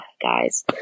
guys